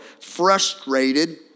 frustrated